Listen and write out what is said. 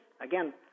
Again